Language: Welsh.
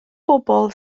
bobl